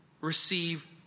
receive